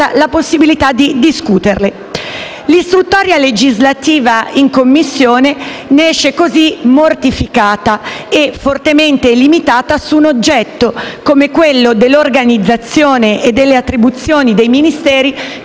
la possibilità di discuterle. L'istruttoria legislativa in Commissione ne esce così mortificata e fortemente limitata su un oggetto, come quello dell'organizzazione e delle attribuzioni dei Ministeri,